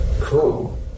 Cool